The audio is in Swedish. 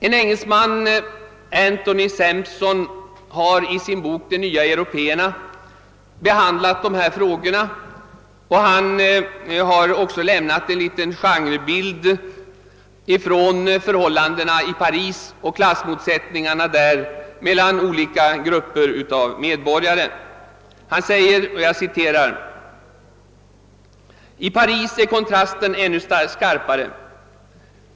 En engelsman, Anthony Sampson, har i sin bok »De nya européerna» behandlat dessa frågor och lämnar en genrebild från förhållandena i Paris och klassmotsättningarna mellan olika grupper av medborgare. Han skriver: »I Paris är kontrasten ännu skarpare.